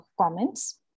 comments